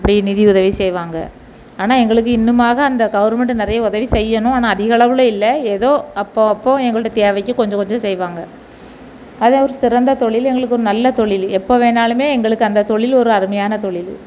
இப்படி நிதிஉதவி செய்வாங்க ஆனால் எங்களுக்கு இன்னுமாக அந்த கவர்மெண்ட்டு நிறைய உதவி செய்யணும் ஆனால் அதிகளவில் இல்லை ஏதோ அப்போது அப்போது எங்களுடைய தேவைக்கு கொஞ்சம் கொஞ்சம் செய்வாங்க அது ஒரு சிறந்த தொழில் எங்களுக்கு ஒரு நல்ல தொழிலு எப்போ வேணாலுமே எங்களுக்கு அந்த தொழிலு ஒரு அருமையான தொழிலு